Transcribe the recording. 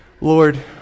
Lord